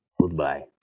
Goodbye